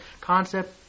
concept